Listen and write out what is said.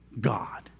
God